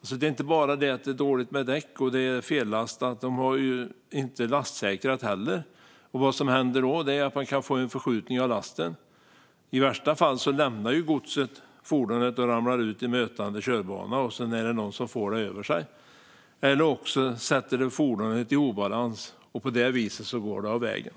Det är alltså inte bara det att det är dåligt med däck och fellastat, utan man har inte heller lastsäkrat. Vad som händer då är att man kan få en förskjutning av lasten. I värsta fall lämnar godset fordonet och ramlar ut i mötande körbana så att någon får det över sig, eller också sätter det fordonet i obalans. På det viset går fordonet av vägen.